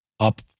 up